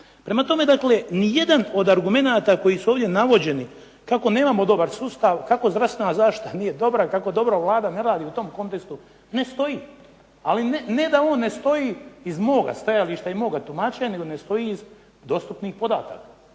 Prema tome ni jedan od argumenata koji su ovdje navođeni kako nemamo dobar sustav, kako zdravstvena zaštita nije dobra, kako dobro Vlada ne radi u tom kontekstu ne stoji, ali ne da on ne stoji iz moga stajališta i moga tumačenja nego ne stoji iz dostupnih podataka.